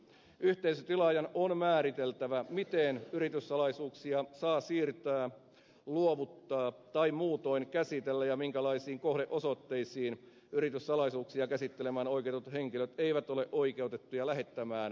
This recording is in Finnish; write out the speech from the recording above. yhteisötilaajan on määriteltävä miten yrityssalaisuuksia saa siirtää luovuttaa tai muutoin käsitellä ja minkälaisiin kohdeosoitteisiin yrityssalaisuuksia käsittelemään oikeutetut henkilöt eivät ole oikeutettuja lähettämään viestejä